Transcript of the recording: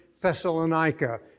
Thessalonica